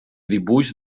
dibuix